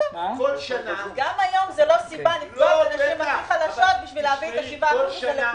גם היום זה לא סיבה לפגוע בנשים החלשות כדי להביא את ה-7% לכולם.